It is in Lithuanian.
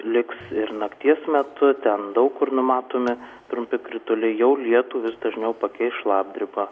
liks ir nakties metu ten daug kur numatomi trumpi krituliai jau lietų vis dažniau pakeis šlapdriba